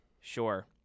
Sure